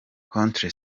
contre